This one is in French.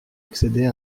accéder